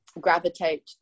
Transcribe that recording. gravitate